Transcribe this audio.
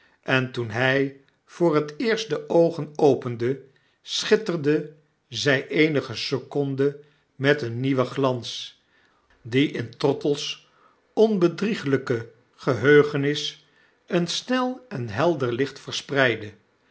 en toen hg voor het eerst de oogen opende schitterden zg eenige seconden met een nieuwen glans die in trottle's onbedrieglgke geheugenis een snel en helder licht verspreidde